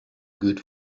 good